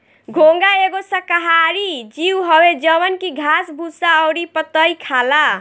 घोंघा एगो शाकाहारी जीव हवे जवन की घास भूसा अउरी पतइ खाला